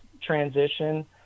transition